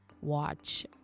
watch